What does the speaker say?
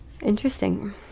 interesting